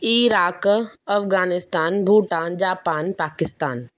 Iraq Afghanistan Bhutan Japan Pakistan